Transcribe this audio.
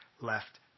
left